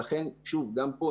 ולכן גם פה,